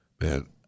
Man